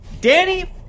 Danny